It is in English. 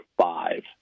Five